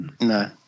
No